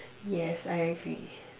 yes I agree